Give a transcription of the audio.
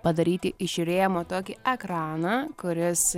padaryti iš rėmo tokį ekraną kuris